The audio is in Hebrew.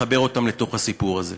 לחבר אותם לתוך הסיפור הזה.